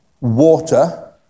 water